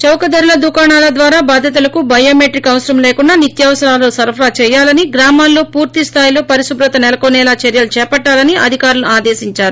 చౌక ధరల దుకాణాల ద్వారా బాధితులకు బయోమెట్రిక్ అవసరం లేకుండా నిత్యావసరాలు సరఫరా చేయాలని గ్రామాల్లో పూర్తిస్థాయిలో పరిశుభ్రత నెలకొనేలా చర్యలు చేపట్టాలని అధికారులను ఆదేశిందారు